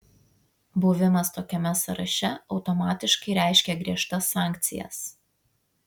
buvimas tokiame sąraše automatiškai reiškia griežtas sankcijas